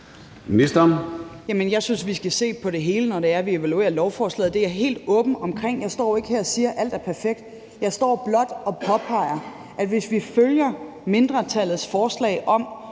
Jeg synes, at vi skal se på det hele, når vi evaluerer lovforslaget. Det er jeg helt åben omkring. Jeg står ikke her og siger, at alt er perfekt. Jeg står blot og påpeger, at hvis vi følger mindretallets forslag om